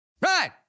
Right